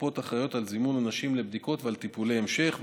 והקופות אחראיות לזימון הנשים לבדיקות ולטיפולי המשך,